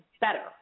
better